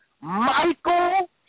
Michael